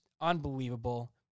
unbelievable